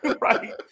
right